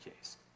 case